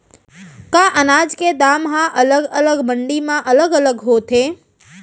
का अनाज के दाम हा अलग अलग मंडी म अलग अलग होथे?